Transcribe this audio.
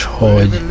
hogy